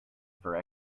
for